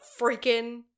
freaking